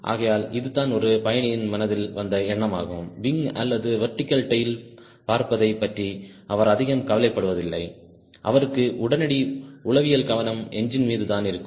ஆகையால் இதுதான் ஒரு பயணியின் மனதில் வந்த எண்ணமாகும் விங் அல்லது வெர்டிகல் டேய்ல் பார்ப்பதைப் பற்றி அவர் அதிகம் கவலைப்படுவதில்லை அவருக்கு உடனடி உளவியல் கவனம் என்ஜின் மீதுதான் இருக்கும்